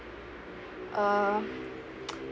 uh